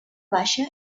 baixa